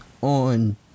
on